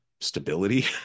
stability